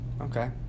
Okay